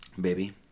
Baby